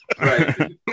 right